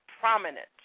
prominent